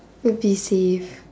would be safe